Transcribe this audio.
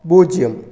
பூஜ்ஜியம்